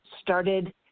started